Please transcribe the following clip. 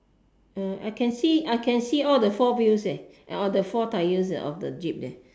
uh I can see I can see all the four wheels eh or the four tires of the jeep leh